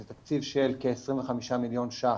זה תקציב של כ-25 מלש"ח